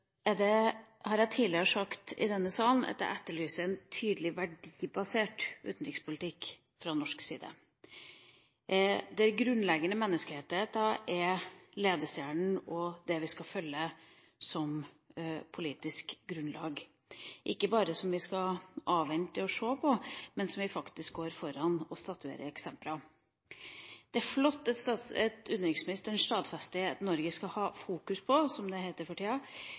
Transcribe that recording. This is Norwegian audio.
har tidligere i denne sal sagt at jeg etterlyser en tydelig verdibasert utenrikspolitikk fra norsk side, der grunnleggende menneskerettigheter er ledestjernen og det vi skal følge som politisk grunnlag, ikke bare noe som vi skal avvente og se, men der vi faktisk går foran og statuerer et eksempel. Det er flott at utenriksministeren stadfester at Norge skal ha fokus på – som det heter for tida